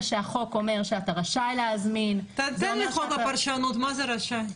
שהחוק אומר שאתה רשאי להזמין --- תיתנו לי פרשנות מה זה רשאי?